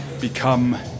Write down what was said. become